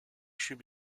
should